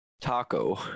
Taco